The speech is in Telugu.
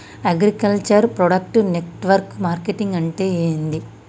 అగ్రికల్చర్ ప్రొడక్ట్ నెట్వర్క్ మార్కెటింగ్ అంటే ఏంది?